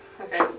Okay